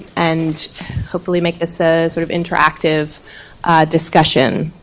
and hopefully make this a sort of interactive discussion.